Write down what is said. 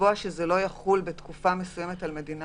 לקבוע שזה לא יחול בתקופה מסוימת על מדינה